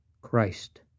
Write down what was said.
Christ